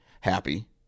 happy